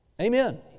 Amen